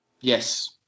Yes